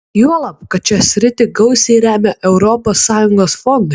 juolab kad šią sritį gausiai remia europos sąjungos fondai